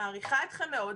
מעריכה אתכם מאוד,